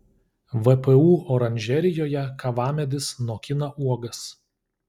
vpu oranžerijoje kavamedis nokina uogas